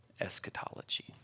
eschatology